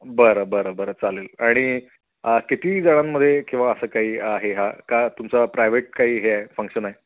बरं बरं बरं चालेल आणि किती जणांमध्ये किंवा असं काही आहे हा का तुमचा प्रायव्हेट काही हे फंक्शन आहे